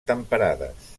temperades